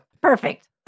Perfect